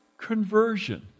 conversion